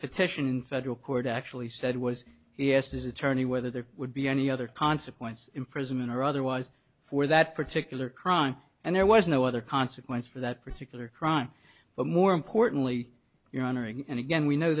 petition in federal court actually said was he asked his attorney whether there would be any other consequence imprisonment or otherwise for that particular crime and there was no other consequence for that particular crime but more importantly you're honoring and again we know